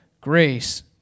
grace